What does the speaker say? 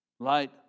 Light